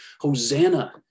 Hosanna